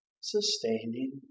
sustaining